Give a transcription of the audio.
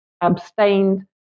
abstained